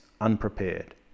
unprepared